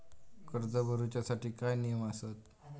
कर्ज भरूच्या साठी काय नियम आसत?